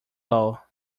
low